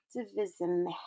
activism